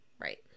right